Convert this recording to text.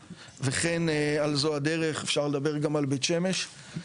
וכן על זו הדרך אפשר לדבר גם על בית שמש.